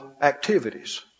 activities